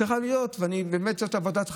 זאת באמת עבודה.